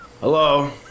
Hello